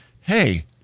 hey